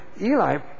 Eli